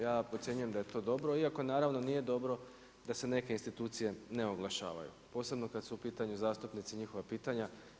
Ja procjenjujem da je to dobro iako naravno nije dobro da se neke institucije ne oglašavaju, posebno kada su u pitanju zastupnici i njihova pitanja.